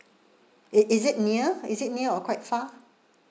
it is it near is it near or quite far